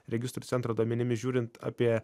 registrų centro duomenimis žiūrint apie